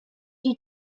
you